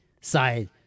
side